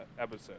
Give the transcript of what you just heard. episode